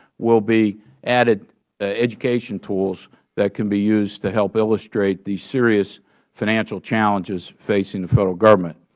will be added education tools that can be used to help illustrate the serious financial challenges facing the federal government.